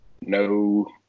No